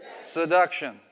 seduction